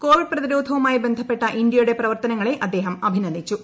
Covid പ്രതിരോധവുമായി ബന്ധപ്പെട്ട ഇന്ത്യയുടെ പ്രവർത്തനങ്ങളെ അദ്ദേഹം അഭിനന്ദിച്ചു